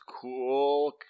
cool